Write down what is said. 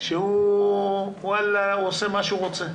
שהוא עושה מה שהוא רוצה.